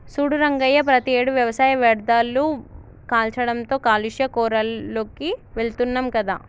సూడు రంగయ్య ప్రతియేడు వ్యవసాయ వ్యర్ధాలు కాల్చడంతో కాలుష్య కోరాల్లోకి వెళుతున్నాం కదా